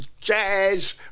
jazz